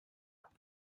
three